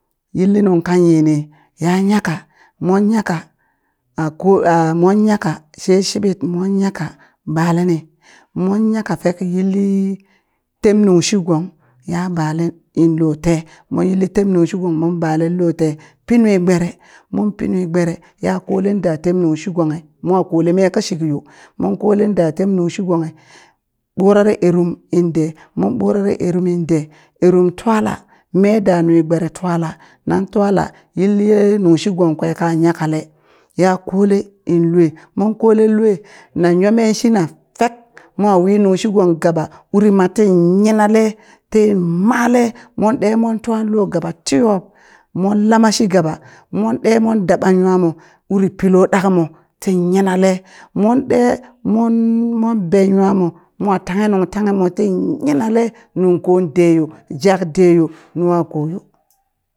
Yilli nungka yini ya nyaka mon nyaka a ko a mon nyaka she shiɓit mon nyaka baleni mon nyaka fek yilli tem nunshi gong ya bale in lo te mon yilli tem nunshi gong mon bela loo tee pi nwi gbere mon pi nwi gbere ya kole da tem nungshi gonghi mo kole me ka shikyo, mon kole da tem nungshi gonghi ɓurare erum in de mon ɓurere erummi de erem twala me da nwi gbere twala nan twala yilli ye nung shi gong kwe ka nyakale ya kole in lue mon kole lue na nyo meshina fek mo wi nunshi gong gaba urina mat ti nyinale ti male mon ɗe mon twa lo gaba tiyob mon lama shi gaba mon de mon daba nwamo wuri pi lo ɗakmo ti yinale mon ɗee mon mon ɓe nwamo mo tanghe nung tanghe mo ti yinale nungko deyo jak deyo nwako yo